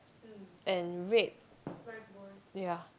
and red yeah